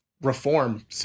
reform